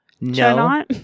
No